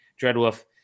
Dreadwolf